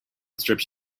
strips